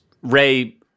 Ray